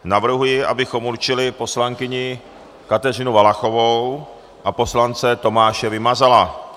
Navrhuji, abychom určili poslankyni Kateřinu Valachovou a poslance Tomáše Vymazala.